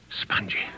spongy